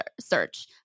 search